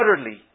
utterly